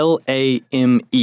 L-A-M-E